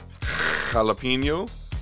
jalapeno